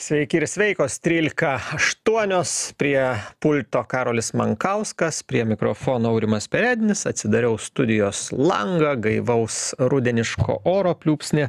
sveiki ir sveikos trylika aštuonios prie pulto karolis mankauskas prie mikrofono aurimas perednis atsidariau studijos langą gaivaus rudeniško oro pliūpsnį